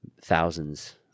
thousands